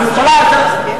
הממשלה הזאת,